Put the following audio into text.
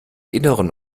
inneren